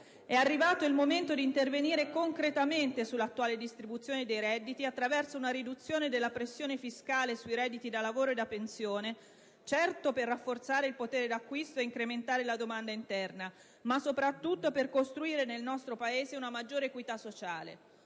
È arrivato il momento di intervenire concretamente sull'attuale distribuzione dei redditi, attraverso una riduzione della pressione fiscale sui redditi da lavoro e da pensione, certo per rafforzare il potere d'acquisto e incrementare la domanda interna, ma soprattutto per costruire nel nostro Paese una maggiore equità sociale.